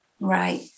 Right